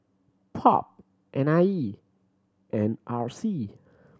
POP N I E and R C